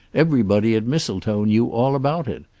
everybody at mistletoe knew all about it.